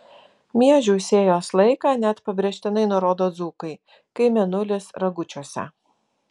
miežių sėjos laiką net pabrėžtinai nurodo dzūkai kai mėnulis ragučiuose